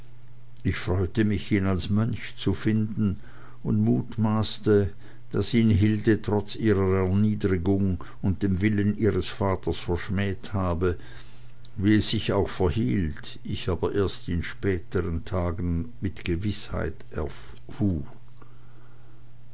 ich freute mich ihn als mönch zu finden und mutmaßte daß ihn hilde trotz ihrer erniedrigung und dem willen ihres vaters verschmäht habe wie es sich auch verhielt ich aber erst in späteren tagen mit gewißheit